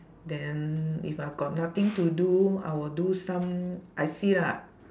then if I've got nothing to do I will do some I see lah